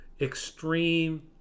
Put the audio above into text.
extreme